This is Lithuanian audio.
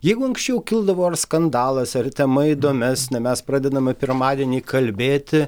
jeigu anksčiau kildavo ar skandalas ar tema įdomesnė mes pradedame pirmadienį kalbėti